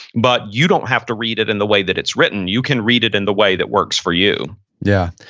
but you don't have to read it in the way that it's written. you can read it in the way that works for you yeah.